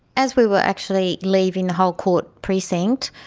as we were actually leaving the whole court precinct,